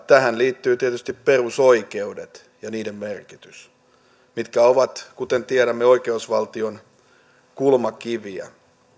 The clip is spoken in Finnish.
tähän liittyvät tietysti perusoikeudet ja niiden merkitys ne ovat kuten tiedämme oikeusvaltion kulmakiviä